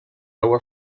agua